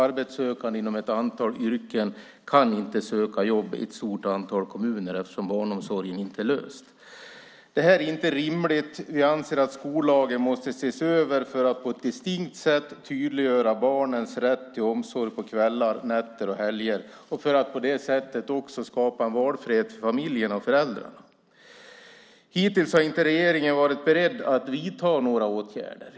Arbetssökande inom en mängd yrken kan inte söka jobb i ett stort antal kommuner eftersom barnomsorgsfrågan inte är löst. Detta är inte rimligt. Vi anser att skollagen måste ses över för att på ett distinkt sätt tydliggöra barnens rätt till omsorg på kvällar, nätter och helger och för att på det sättet också skapa en valfrihet för familjerna och föräldrarna. Hittills har regeringen inte varit beredd att vidta några åtgärder.